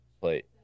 plate